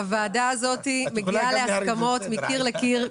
הוועדה הזאת מגיעה להסכמות פה אחד מקיר לקיר,